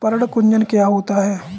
पर्ण कुंचन क्या होता है?